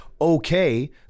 okay